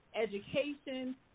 education